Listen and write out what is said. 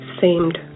seemed